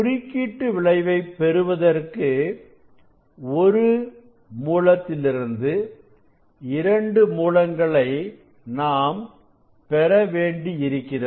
குறுக்கீட்டு விளைவை பெறுவதற்கு ஒரு மூலத்திலிருந்து இரண்டு மூலங்களை நாம் பெற வேண்டியிருக்கிறது